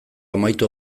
amaitu